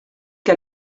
que